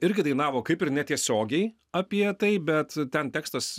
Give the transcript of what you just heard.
irgi dainavo kaip ir netiesiogiai apie tai bet ten tekstas